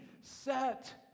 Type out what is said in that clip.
set